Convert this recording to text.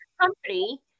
company